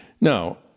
Now